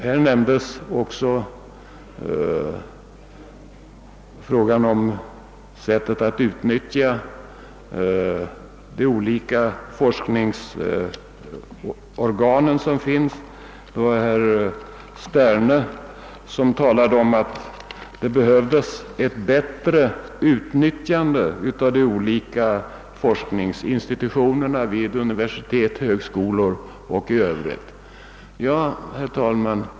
Här nämndes också frågan om sättet att utnyttja de olika forskningsorgan som finns. Det var herr Sterne som talade om att det behövdes ett bättre utnyttjande av de olika forskningsinstitutionerna vid universitet och högskolor. Herr talman!